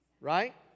Right